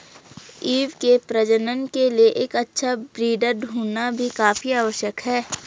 ewe के प्रजनन के लिए एक अच्छा ब्रीडर ढूंढ़ना भी काफी आवश्यक है